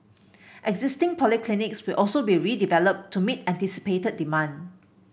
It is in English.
existing polyclinics will also be redeveloped to meet anticipated demand